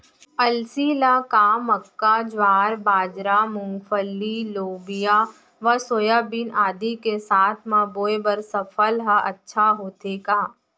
अलसी ल का मक्का, ज्वार, बाजरा, मूंगफली, लोबिया व सोयाबीन आदि के साथ म बोये बर सफल ह अच्छा होथे का?